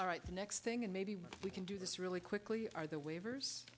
all right the next thing and maybe we can do this really quickly are the waivers